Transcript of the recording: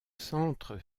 centres